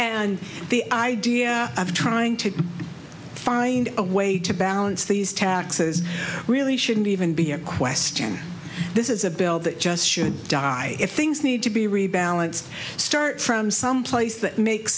and the idea of trying to find a way to balance these taxes really shouldn't even be a question this is a bill that just should die if things need to be rebalanced start from someplace that makes